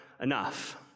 enough